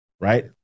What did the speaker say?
right